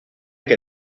que